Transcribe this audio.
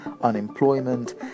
unemployment